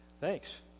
Thanks